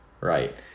Right